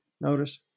Notice